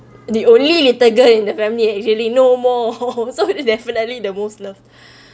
the only little girl in the family actually no more so definitely the most loved